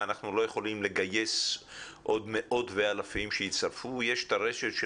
פסיכולוגים אנחנו עובדים בתפיסה שיש לה שני